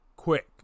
Quick